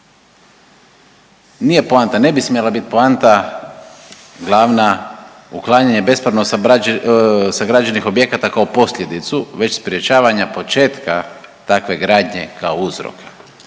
nije poanta, ne bi smjela biti poanta glavna uklanjanje bespravno sagrađenih objekata kao posljedicu već sprječavanja početka takve gradnje kao uzrok